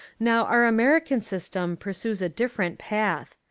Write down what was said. now our american system pursues a different path.